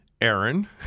Aaron